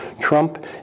Trump